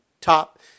top